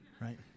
Right